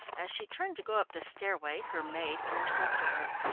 as she turned to go up the stairway her maid intercepted her.